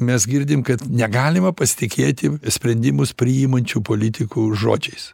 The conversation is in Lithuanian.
mes girdim kad negalima pasitikėti sprendimus priimančių politikų žodžiais